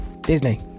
Disney